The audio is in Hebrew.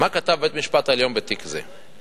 מה כתב בית-המשפט העליון בתיק זה: